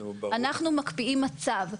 אנחנו מקפיאים מצב,